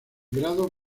grados